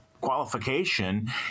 qualification